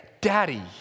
Daddy